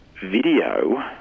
video